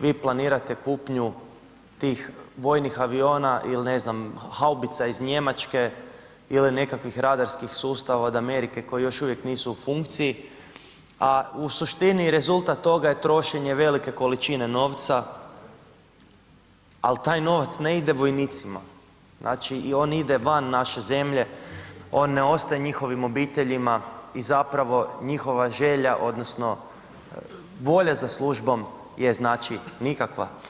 vi planirate kupnju tih vojnih aviona ili ne znam, haubica iz Njemačke ili nekakvih radarskih sustava od Amerike koji još uvijek nisu u funkciji a u suštini rezultat toga je trošenje velike količine novca ali taj novac ne ide vojnicima, znači on ide van naše zemlje, ne ostaje njihovim obiteljima i zapravo njihova želja odnosno volja za službom je nikakva.